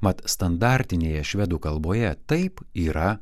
mat standartinėje švedų kalboje taip yra